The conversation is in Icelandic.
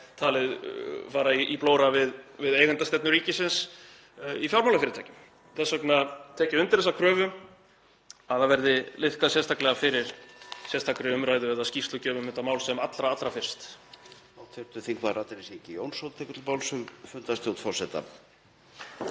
talið fara í blóra við eigendastefnu ríkisins í fjármálafyrirtækjum. Þess vegna tek ég undir þessa kröfu um að það verði liðkað sérstaklega fyrir sérstakri umræðu eða skýrslugjöf um þetta mál sem allra fyrst.